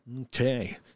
Okay